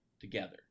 together